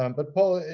um but paul,